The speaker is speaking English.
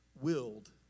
willed